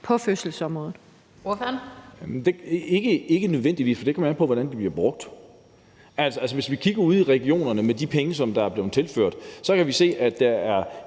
Mathiesen (NB): Ikke nødvendigvis, for det kommer an på, hvordan de bliver brugt. Hvis vi kigger ud i regionerne og ser på de penge, der er blevet tilført, så kan vi se, at der i